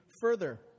further